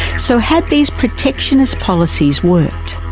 so, had these protectionist policies worked?